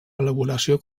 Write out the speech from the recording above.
elaboració